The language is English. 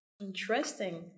Interesting